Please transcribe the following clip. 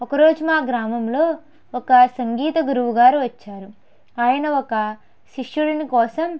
ఒక రోజు మా గ్రామంలో ఒక సంగీత గురువుగారు వచ్చారు ఆయన ఒక శిష్యులను కోసం